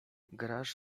grasz